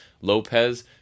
Lopez